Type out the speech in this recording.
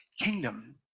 kingdom